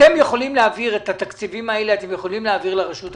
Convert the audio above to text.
אתם יכולים להעביר את התקציבים האלה לרשות המקומית?